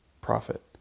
profit